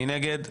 מי נגד?